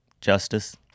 justice